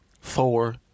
four